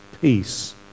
peace